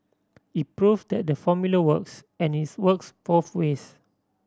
it prove that the formula works and it's works both ways